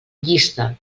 llista